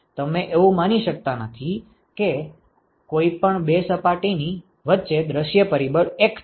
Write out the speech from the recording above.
તમે એવું માની શકતા નથી કે કોઈપણ બે સપાટીની વચ્ચે દૃશ્ય પરિબળ એક છે